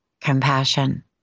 compassion